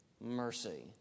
mercy